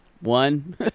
One